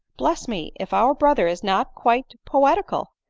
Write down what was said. bless me! if our brother is not quite poetical!